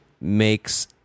makes